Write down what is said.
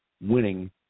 winning